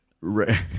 Right